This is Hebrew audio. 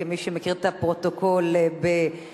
כמי שמכיר את הפרוטוקול בעל-פה,